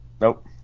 Nope